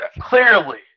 Clearly